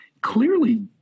clearly